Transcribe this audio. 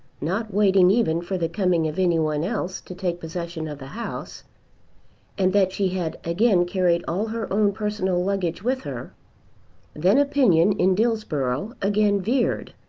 not waiting even for the coming of any one else to take possession of the house and that she had again carried all her own personal luggage with her then opinion in dillsborough again veered.